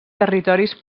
territoris